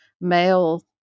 male-